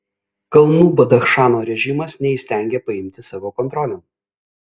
kalnų badachšano režimas neįstengia paimti savo kontrolėn